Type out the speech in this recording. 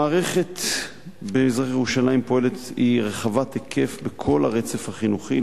המערכת במזרח-ירושלים היא רחבת היקף בכל הרצף החינוכי.